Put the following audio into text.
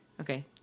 Okay